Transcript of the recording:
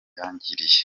yangiriye